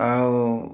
ଆଉ